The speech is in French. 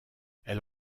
elle